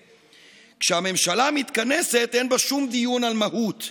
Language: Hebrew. צודקת, זה ביטוי ששגור בהוויה בעברית,